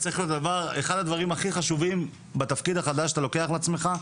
אחד הדברים הכי חשובים בתפקיד החדש שאתה לוקח על עצמך,